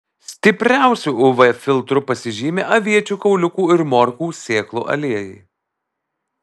stipriausiu uv filtru pasižymi aviečių kauliukų ir morkų sėklų aliejai